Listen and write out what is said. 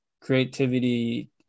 creativity